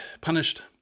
punished